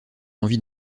envie